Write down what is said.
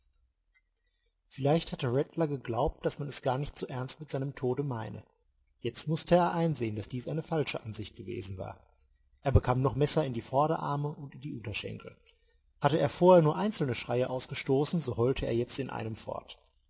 vielleicht hatte rattler geglaubt daß man es gar nicht so ernst mit seinem tode meine jetzt mußte er einsehen daß dies eine falsche ansicht gewesen war er bekam noch messer in die vorderarme und in die unterschenkel hatte er vorher nur einzelne schreie ausgestoßen so heulte er jetzt in einem fort